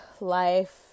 life